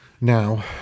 now